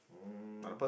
um